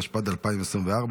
התשפ"ד 2024,